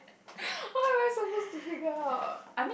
how am I suppose to pick out